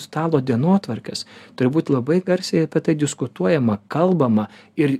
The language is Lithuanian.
stalo dienotvarkės turi būt labai garsiai apie tai diskutuojama kalbama ir